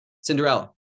Cinderella